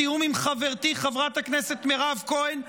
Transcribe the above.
בתיאום עם חברתי חברת הכנסת מירב כהן,